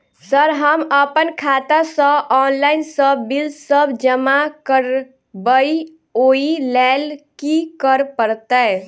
Sir हम अप्पन खाता सऽ ऑनलाइन सऽ बिल सब जमा करबैई ओई लैल की करऽ परतै?